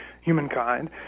humankind